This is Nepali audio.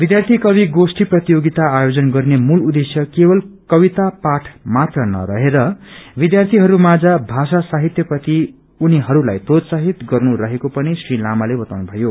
विद्यार्थी कवि गोष्ठी प्रतियोगिता आयोजन गर्ने मेल उद्देश्य केवल कविता पाठ मात्र नरहेर विद्यार्थीहरू माझ भाषा साहित्य प्रति उनीहरूलाई प्रोत्साहित गर्नु रहेको पनि श्री लामाले बताउनु भयो